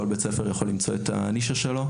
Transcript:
כל בית ספר יכול למצוא את הנישה שלו,